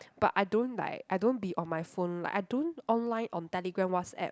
but I don't like I don't be on my phone like I don't online on Telegram WhatsApp